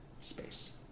space